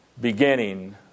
beginning